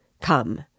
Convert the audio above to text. Come